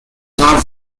not